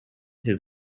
his